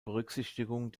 berücksichtigung